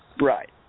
Right